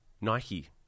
Nike